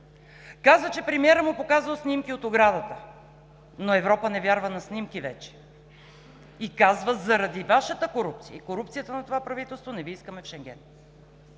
Каза, че премиерът му показвал снимки от оградата, но Европа не вярва на снимки вече и казва: „Заради Вашата корупция и корупцията на това правителство, не Ви искаме в Шенген“.